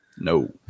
No